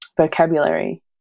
Vocabulary